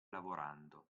lavorando